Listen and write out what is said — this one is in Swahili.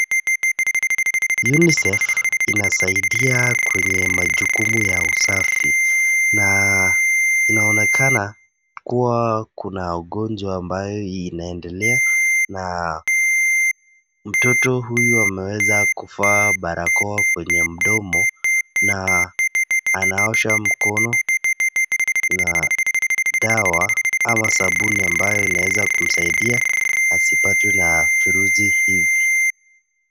UNICEF inasaidia kwenye majukumu ya usafi na inaonekana kuwa kuna ugonjwa ambayo inaendelea na mtoto huyu ameweza kuvaa barakoa kwenye mdomo na anaosha mkono na dawa ama sabuni ambayo inaweza kumsaidia asipatwe na virusi hivi.